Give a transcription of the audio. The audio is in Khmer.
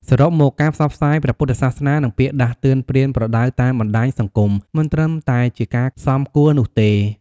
សរុបមក ការផ្សព្វផ្សាយព្រះពុទ្ធសាសនា និងពាក្យដាស់តឿនប្រៀនប្រដៅតាមបណ្តាញសង្គមមិនត្រឹមតែជាការសមគួរនោះទេ។